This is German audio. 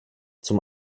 zum